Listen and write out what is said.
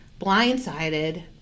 blindsided